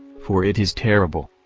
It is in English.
for it is terrible.